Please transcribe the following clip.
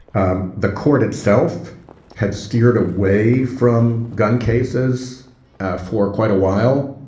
um the court itself had steered away from gun cases for quite a while.